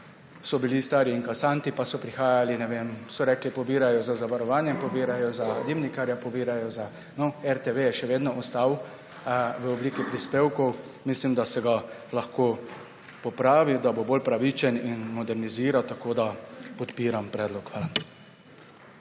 so bili stari inkasanti pa so prihajali, so rekli, pobirajo za zavarovanje, pobirajo za dimnikarje, pobirajo za ne vem kaj. RTV je še vedno ostal v obliki prispevkov, mislim, da se ga lahko popravi, da bo bolj pravičen in moderniziran. Podpiram predlog. Hvala.